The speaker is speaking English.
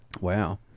wow